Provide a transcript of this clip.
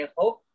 hope